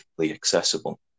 accessible